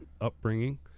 upbringing